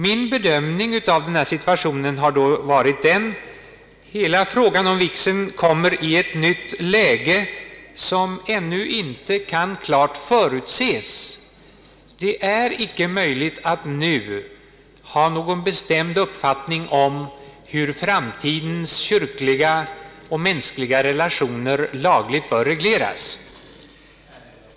Min bedömning av situationen har då varit att hela vigselfrågan kommer att hamna i ett nytt läge, som ännu inte kan klart förutses. Det är icke möjligt att nu ha någon bestämd uppfattning om hur framtidens kyrkliga och mänskliga relationer lagligt bör regleras.